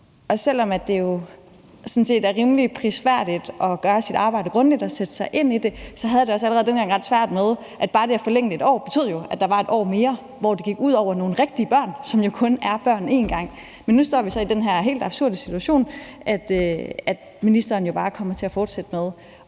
jo sådan set er rimelig prisværdigt at gøre sit arbejde grundigt og sætte sig ind i det, havde jeg det også allerede dengang ret svært med det, for bare det at forlænge det med 1 år betød jo, at der var 1 år mere, hvor det gik ud over nogle rigtige børn, som jo kun er børn én gang. Nu står vi så i den her helt absurde situation, at ministeren jo bare kommer til at fortsætte med